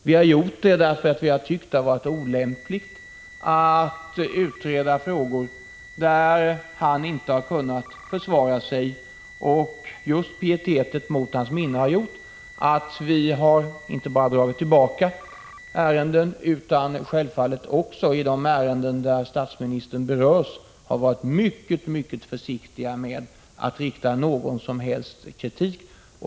Vi har gjort det därför att vi har tyckt att det varit olämpligt att utreda frågor där han inte har kunna försvara sig. Pietet mot hans minne har gjort att vi inte bara har dragit tillbaka ärenden utan självfallet också i de ärenden där statsministern berörs har varit försiktiga med att framföra kritik.